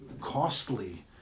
costly